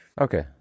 Okay